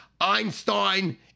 Einstein